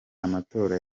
amatora